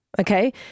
Okay